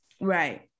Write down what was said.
Right